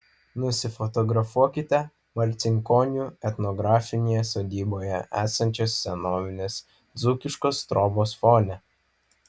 nusifotografuokite marcinkonių etnografinėje sodyboje esančios senovinės dzūkiškos trobos fone